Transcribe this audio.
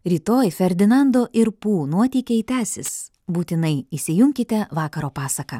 rytoj ferdinando ir pū nuotykiai tęsis būtinai įsijunkite vakaro pasaką